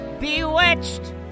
Bewitched